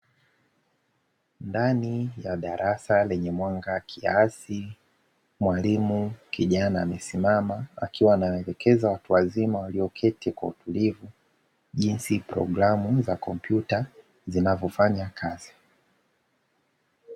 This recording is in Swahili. Ndani ya darasa lenye mwanga kiasi, mwalimu kijana amesimama akiwa anawaelekeza watu wazima walioketi kwa utulivu, jinsi programu za kompyuta zinavyofanya kazi.